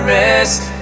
rest